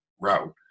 route